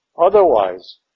Otherwise